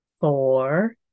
four